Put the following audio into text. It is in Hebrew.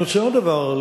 אני רוצה לומר עוד דבר: